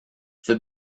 for